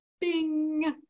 bing